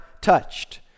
touched